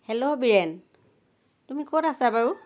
hello Biren তুমি ক'ত আছা বাৰু